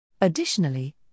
Additionally